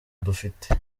dufite